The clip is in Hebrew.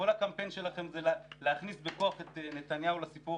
כל הקמפיין שלכם זה להכניס בכוח את נתניהו לסיפור